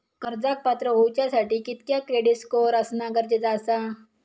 कर्जाक पात्र होवच्यासाठी कितक्या क्रेडिट स्कोअर असणा गरजेचा आसा?